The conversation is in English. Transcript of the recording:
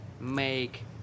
make